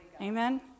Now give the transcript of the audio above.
Amen